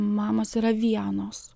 mamos yra vienos